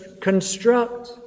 construct